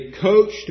coached